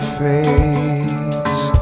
face